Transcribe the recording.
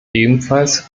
ebenfalls